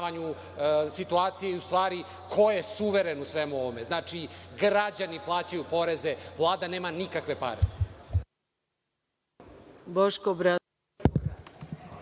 situacije i u stvari ko je suveren u svemu ovome. Znači, građani plaćaju poreze, Vlada nema nikakve pare.